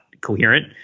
coherent